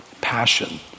passion